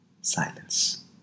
silence